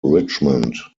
richmond